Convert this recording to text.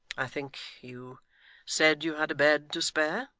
i think you said you had a bed to spare